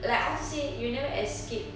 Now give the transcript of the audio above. like how to say you'll never escape